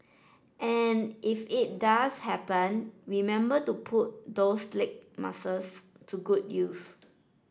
and if it does happen remember to put those leg muscles to good use